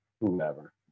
whoever